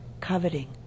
coveting